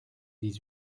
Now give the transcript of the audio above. dix